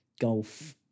golf